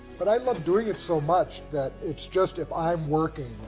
but i love doing it so much that it's just if i'm working,